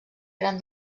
gran